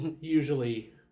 usually